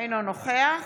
אינו נוכח